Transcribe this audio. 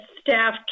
staff